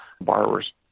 borrowers